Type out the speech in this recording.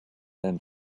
then